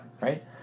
right